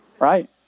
right